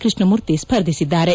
Krishnamurthy ಸ್ಪರ್ಧಿಸಿದ್ದಾರೆ